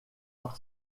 par